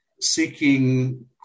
seeking